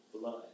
blood